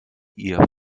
ihr